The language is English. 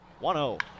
1-0